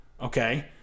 okay